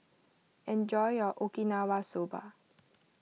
enjoy your Okinawa Soba